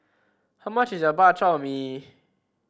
how much is a Bak Chor Mee